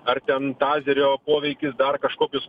ar ten tazerio poveikis dar kažkokius